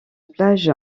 plage